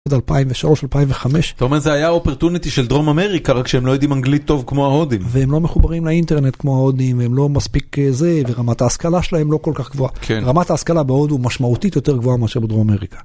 2003-2005, אתה אומר זה היה אופרטונטי של דרום אמריקה רק שהם לא יודעים אנגלית טוב כמו ההודים והם לא מחוברים לאינטרנט כמו ההודים הם לא מספיק זה ורמת ההשכלה שלהם לא כל כך גבוהה, רמת ההשכלה בהודו משמעותית יותר גבוהה מאשר בדרום אמריקה.